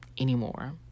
anymore